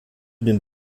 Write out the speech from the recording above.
dem